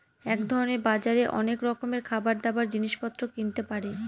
এক ধরনের বাজারে অনেক রকমের খাবার, দাবার, জিনিস পত্র কিনতে পারে